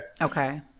Okay